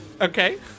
Okay